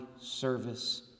service